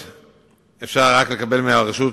היושב-ראש,